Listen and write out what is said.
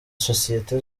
sosiyete